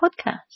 podcast